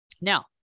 Now